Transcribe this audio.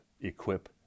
equip